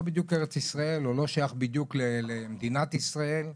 בדיוק ארץ ישראל או לא שייך בדיוק למדינת ישראל.